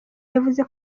yavuze